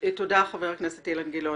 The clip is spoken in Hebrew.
תודה, חבר הכנסת אילן גילאון.